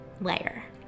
layer